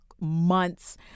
months